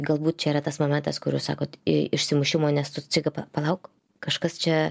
galbūt čia yra tas momentas kur jūs sakot į išsimušimo nesucigeba palauk kažkas čia